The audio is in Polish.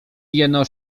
jeno